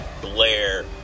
blair